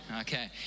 okay